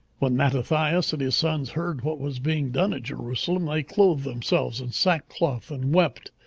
when mattathias and his sons heard what was being done at jerusalem, they clothed themselves in sackcloth and wept,